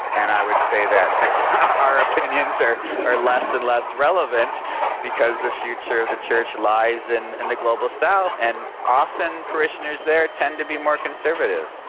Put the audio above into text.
and i would say that our opinions are are less and less relevant because the future of the church lies in and and the global south, and often parishioners there tend to be more conservative.